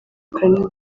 kanini